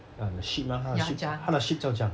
ya the ship mah 他的 ship 他的 ship 叫 junk